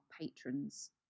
patrons